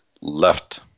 left